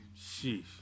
Sheesh